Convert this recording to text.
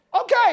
Okay